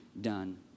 done